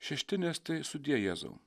šeštinės tai sudie jėzau